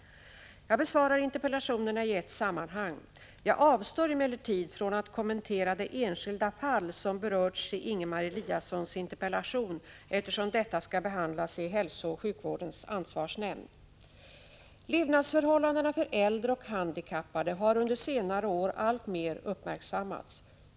Jag besvarar interpellationerna i ett sammanhang. Jag avstår emellertid från att kommentera det enskilda fall som berörts i Ingemar Eliassons interpellation, eftersom detta skall behandlas i hälsooch sjukvårdens ansvarsnämnd. Levnadsförhållandena för äldre och handikappade har under senare år alltmer uppmärksammats.